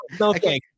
Okay